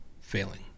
failing